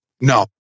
no